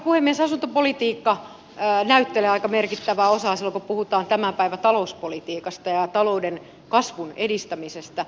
asuntopolitiikka näyttelee aika merkittävää osaa silloin kun puhutaan tämän päivän talouspolitiikasta ja talouden kasvun edistämisestä